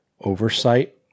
oversight